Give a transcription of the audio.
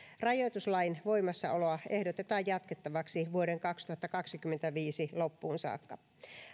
rajoituslain voimassaoloa ehdotetaan jatkettavaksi vuoden kaksituhattakaksikymmentäviisi loppuun saakka